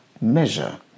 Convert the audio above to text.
measure